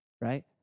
right